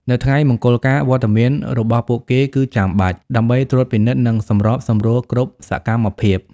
នៅថ្ងៃមង្គលការ វត្តមានរបស់ពួកគេគឺចាំបាច់ ដើម្បីត្រួតពិនិត្យ និងសម្របសម្រួលគ្រប់សកម្មភាព។